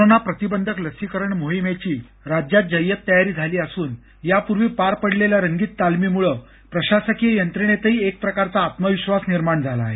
corona प्रतिबंधक लसीकरण मोहिमेची राज्यात जय्यत तयारी झाली असून यापूर्वी पार पाडलेल्या रंगीत तालमीमुळे प्रशासकीय यंत्रणेतही एक प्रकारचा आत्मविश्वास निर्माण झाला आहे